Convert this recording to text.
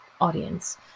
audience